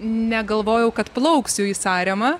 negalvojau kad plauksiu į saremą